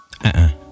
-uh